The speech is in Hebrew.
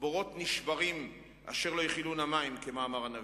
בארות נשברים אשר לא יכילו המים", כמאמר הנביא.